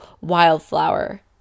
Wildflower